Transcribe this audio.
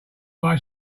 like